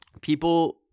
people